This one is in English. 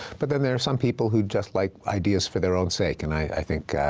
but then there're some people who just like ideas for their own sake, and i think